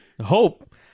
hope